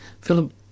Philip